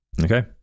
Okay